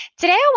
Today